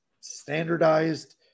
standardized